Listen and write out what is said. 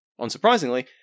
Unsurprisingly